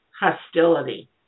hostility